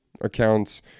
accounts